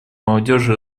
молодежи